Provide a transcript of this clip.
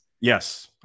Yes